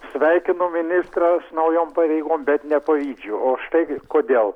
sveikinu ministrą naujom pareigom bet nepavydžiu o štai kodėl